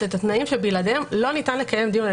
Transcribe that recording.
את התנאים שבלעדיהם לא ניתן לקיים דיון.